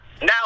now